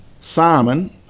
Simon